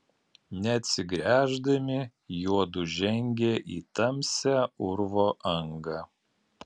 neatsigręždami juodu žengė į tamsią urvo angą